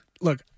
look